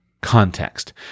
context